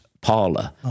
parlor